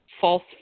false